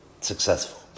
Successful